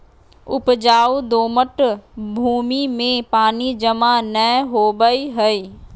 उपजाऊ दोमट भूमि में पानी जमा नै होवई हई